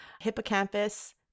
hippocampus